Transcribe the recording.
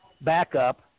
backup